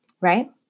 Right